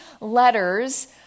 letters